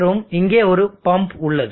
மற்றும் இங்கே ஒரு பம்ப் உள்ளது